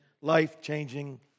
life-changing